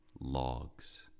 logs